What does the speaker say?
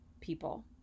people